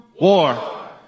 war